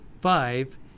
five